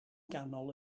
ganol